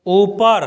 ऊपर